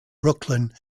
brooklyn